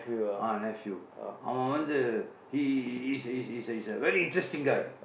ah nephew அவன் வந்து:avan vandthu he's he's he's a very interesting guy